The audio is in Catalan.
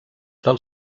del